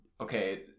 okay